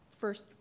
first